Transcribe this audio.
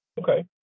Okay